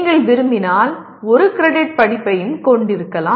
நீங்கள் விரும்பினால் 1 கிரெடிட் படிப்பையும் கொண்டிருக்கலாம்